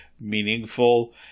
meaningful